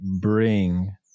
bring